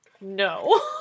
No